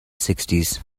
sixties